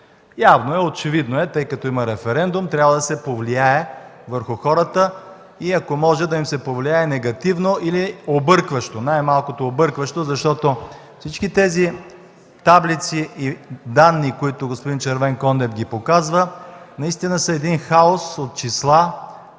Явно е, очевидно е, тъй като има референдум, трябва да се повлияе върху хората и ако може да им се повлия негативно или объркващо. Най-малкото объркващо, защото всички тези таблици и данни, които господин Червенкондев показва, настина са хаос от числа,